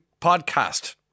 podcast